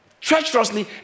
treacherously